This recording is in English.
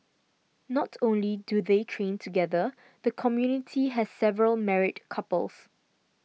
not only do they train together the community has several married couples